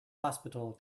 hospital